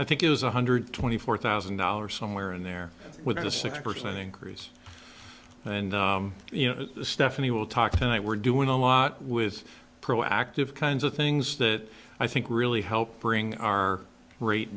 i think it was one hundred twenty four thousand dollars somewhere in there with a six percent increase and you know stephanie will talk tonight we're doing a lot with proactive kinds of things that i think really helped bring our rate